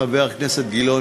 חבר הכנסת גילאון?